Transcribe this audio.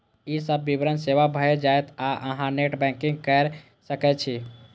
ई सब विवरण सेव भए जायत आ अहां नेट बैंकिंग कैर सकै छी